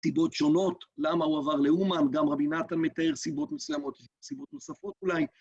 סיבות שונות, למה הוא עבר לאומן, גם רבי נתן מתאר סיבות מסוימות, סיבות נוספות אולי.